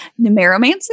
Numeromancy